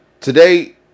today